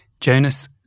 Jonas